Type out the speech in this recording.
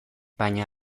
baina